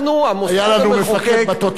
היה לנו מפקד בתותחנים,